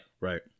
Right